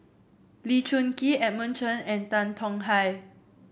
Lee Choon Kee Edmund Chen and Tan Tong Hye